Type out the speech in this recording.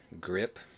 grip